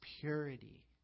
purity